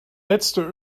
letzte